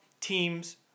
teams